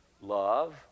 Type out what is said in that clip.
love